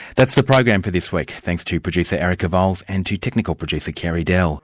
that's the program for this week. thanks to producer erica vowles and to technical producer, carey dell